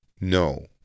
No